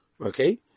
Okay